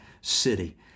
city